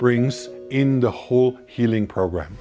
brings in the whole healing program